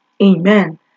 Amen